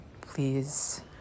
please